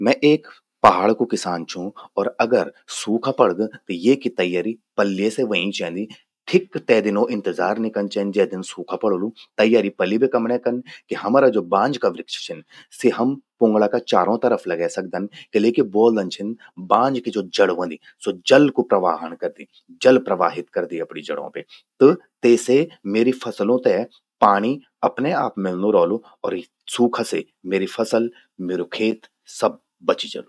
मैं एक पहाड़ कु किसान छूं और अगर सूखा पड़द त येकि तैय्यारि पल्ये से व्हंयीं चेंदि। ठिक तचै दिनौ इंतजार नि कन चंद, जै दिन सूखा पड़ौलू। तैय्यारि पलि बे कमण्ये कन, हमरा ज्वो बांज का वृक्ष छिन सि हम पुंगड़ा का चारों तरफ लगै सकदन। किले कि ब्वोलदन छि न बांज कि ज्वो जड़ व्हंदि, स्वो जन जल कु प्रवाहन करदि। जल प्रवाहित करदि अपणि जड़ों बे। त तेसे म्येरि फसलों ते पाणि अपने आपु मलणूं रौलू और सूखा से म्येरि फसल, म्येरु खेत सब बचि जलु।